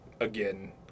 again